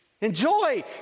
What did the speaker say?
Enjoy